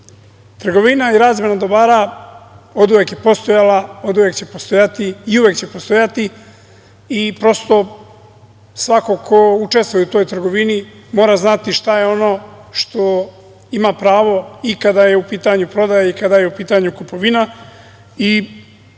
Trgovina i razmena dobara oduvek je postojala, oduvek će postojati i uvek će postojati i prosto svako ko učestvuje u toj trgovini mora znati šta je ono što ima pravo i kada je u pitanju prodaja i kada je u pitanju kupovina i svaka